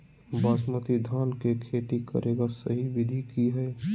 बासमती धान के खेती करेगा सही विधि की हय?